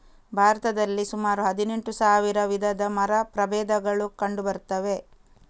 ಭಾರತದಲ್ಲಿ ಸುಮಾರು ಹದಿನೆಂಟು ಸಾವಿರ ವಿಧದ ಮರ ಪ್ರಭೇದಗಳು ಕಂಡು ಬರ್ತವೆ